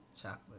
chocolate